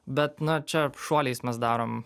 bet na čia šuoliais mes darom